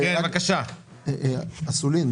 אסולין,